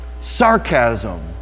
Sarcasm